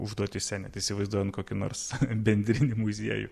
užduotyse net įsivaizduojant kokį nors bendrinį muziejų